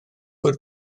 fod